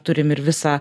turim ir visą